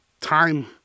time